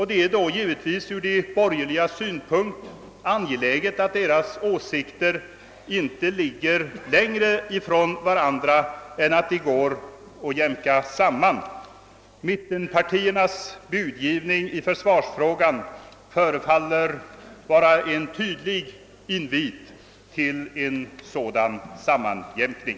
Det är givetvis därför från de borgerligas synpunkt angeläget att deras åsikter inte ligger längre från varandra än att de går att jämka samman. Mittenpartiernas budgivning i försvarsfrågan förefaller vara en tydlig invit till en sådan sammanjämkning.